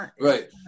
Right